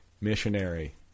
missionary